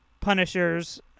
Punishers